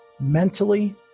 mentally